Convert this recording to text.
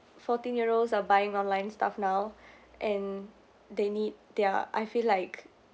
fourteen year olds are buying online stuff now and they need their I feel like